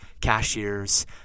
cashiers